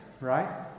right